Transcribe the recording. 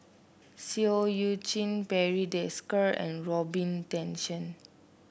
Seah Eu Chin Barry Desker and Robin Tessensohn